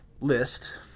list